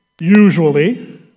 usually